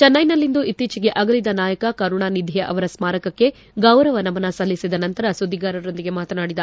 ಚೆನ್ನೈನಲ್ಲಿಂದು ಇತ್ತೀಚೆಗೆ ಅಗಲಿದ ನಾಯಕ ಕರುಣಾನಿಧಿ ಅವರ ಸ್ಥಾರಕಕ್ಕೆ ಗೌರವ ನಮನ ಸಲ್ಲಿಸಿದ ನಂತರ ಸುದ್ದಿಗಾರರೊಂದಿಗೆ ಮಾತನಾಡಿದರು